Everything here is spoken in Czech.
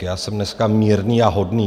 Já jsem dneska mírný a hodný.